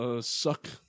Suck